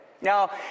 Now